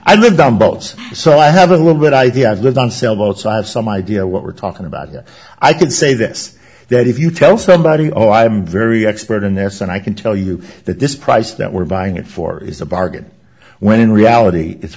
i lived on boats so i have a little bit idea i've lived on sailboats i have some idea what we're talking about here i can say this that if you tell somebody oh i'm very expert in this and i can tell you that this price that we're buying it for is a bargain when in reality it's